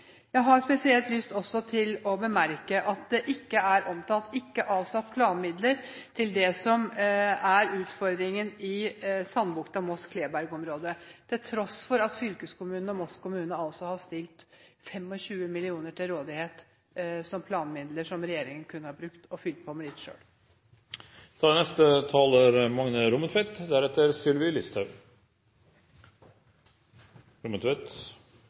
Jeg har spesielt lyst til å bemerke at det ikke er avsatt planmidler til det som er utfordringen i Sandbukta–Moss–Kleberg-området, til tross for at fylkeskommunen og Moss kommune har stilt 25 mill. kr til rådighet som planmidler som regjeringen kunne ha brukt – og fylt på med litt selv. Gale er